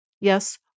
Yes